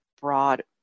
broad